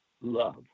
Love